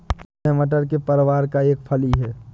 यह मटर के परिवार का एक फली है